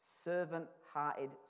servant-hearted